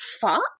fuck